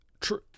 true